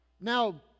Now